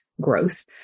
growth